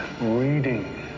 reading